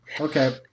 Okay